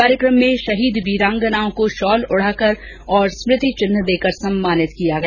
कार्यक्रम में शहीद वीरांगनाओं को शाल ओढाकर और समृति चिन्ह देकर सम्मानित किया गया